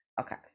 Okay